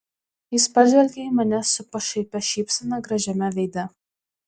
jis pažvelgė į mane su pašaipia šypsena gražiame veide